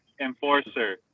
enforcer